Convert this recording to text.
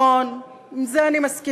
נכון, עם זה אני מסכימה,